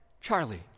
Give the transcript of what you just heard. Charlie